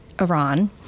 Iran